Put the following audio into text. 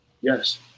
Yes